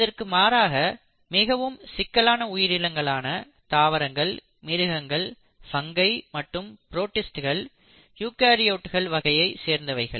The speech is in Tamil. இதற்கு மாறாக மிகவும் சிக்கலான உயிரினங்களான தாவரங்கள் மிருகங்கள் பங்கை மற்றும் ப்ரோடிஸ்ட்கள் யூகரியோட்ஸ் வகையை சேர்ந்தவைகள்